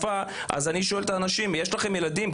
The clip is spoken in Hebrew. ואני שואל את האנשים אם יש להם ילדים,